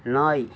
நாய்